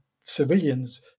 civilians